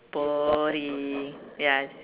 boring ya